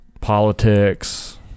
politics